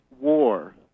war